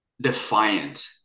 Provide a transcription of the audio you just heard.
Defiant